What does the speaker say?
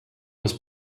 was